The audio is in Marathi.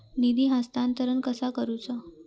निधी हस्तांतरण कसा करुचा?